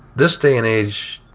this day and age,